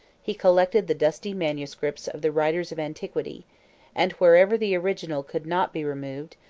he collected the dusty manuscripts of the writers of antiquity and wherever the original could not be removed,